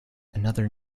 another